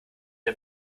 der